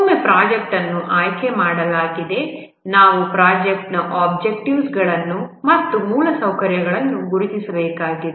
ಒಮ್ಮೆ ಪ್ರಾಜೆಕ್ಟ್ ಅನ್ನು ಆಯ್ಕೆಮಾಡಲಾಗಿದೆ ನಾವು ಪ್ರಾಜೆಕ್ಟ್ನ ಒಬ್ಜೆಕ್ಟಿವ್ಸ್ಗಳನ್ನು ಮತ್ತು ಮೂಲಸೌಕರ್ಯಗಳು ಗುರುತಿಸಬೇಕಾಗಿದೆ